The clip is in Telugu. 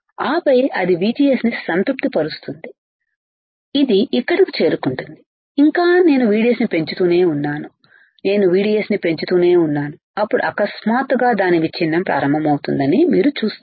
ఆపై అది VGS ని సంతృప్తిపరుస్తుంది ఇది ఇక్కడకు చేరుకుంటుంది ఇంకా నేను VDS ని పెంచుతూనే ఉన్నాను నేను VDS ని పెంచుతూనే ఉన్నాను అప్పుడు అకస్మాత్తుగా దాని విచ్ఛిన్నం ప్రారంభమవుతుందని మీరు చూస్తారు